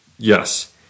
Yes